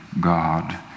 God